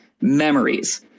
memories